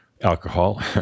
Alcohol